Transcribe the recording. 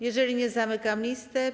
Jeżeli nie, zamykam listę.